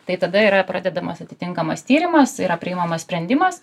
tai tada yra pradedamas atitinkamas tyrimas yra priimamas sprendimas